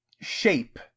shape